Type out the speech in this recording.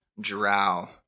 drow